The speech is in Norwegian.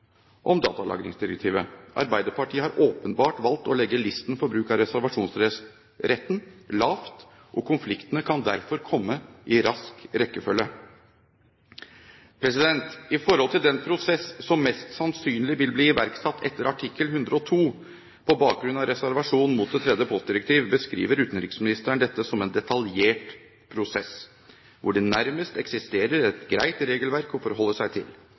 om datalagringsdirektivet. Arbeiderpartiet har åpenbart valgt å legge listen for bruk av reservasjonsretten lavt, og konfliktene kan derfor komme i rask rekkefølge. I forhold til den prosess som mest sannsynlig vil bli iverksatt etter artikkel 102, på bakgrunn av reservasjon mot det tredje postdirektiv, beskriver utenriksministeren dette som en detaljert prosess, hvor det nærmest eksisterer et greit regelverk å forholde seg til.